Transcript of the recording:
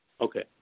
Okay